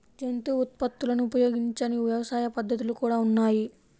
జంతు ఉత్పత్తులను ఉపయోగించని వ్యవసాయ పద్ధతులు కూడా ఉన్నాయి